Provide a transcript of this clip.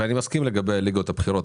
ואני מסכים לגבי הליגות הבכירות,